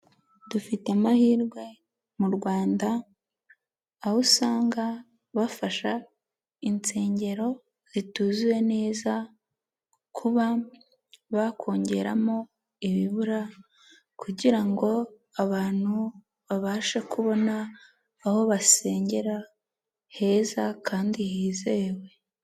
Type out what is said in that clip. Dufite amahirwe mu rwanda, aho usanga bafasha insengero zituzuye neza kuba bakongeramo ibibura kugira ngo abantu babashe kubona aho basengera heza kandi hizewe.